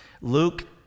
Luke